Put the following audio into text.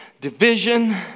division